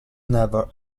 never